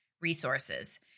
resources